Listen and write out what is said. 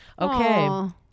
Okay